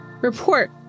report